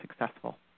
successful